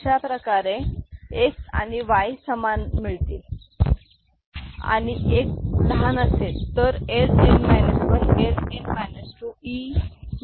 अशाप्रकारे X आणि Y समान मिळतील आणि एक लहान असेल तर L n 1 Ln 2 E n 1Ln 2